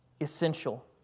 essential